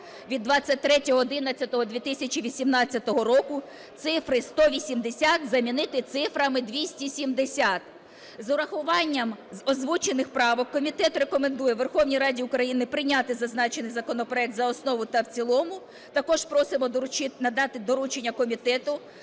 від 23.11.2018 року цифри 180 замінити цифрами 270. З урахуванням озвучених правок комітет рекомендує Верховній Раді України прийняти зазначений законопроект за основу та в цілому, також просимо надати доручення комітету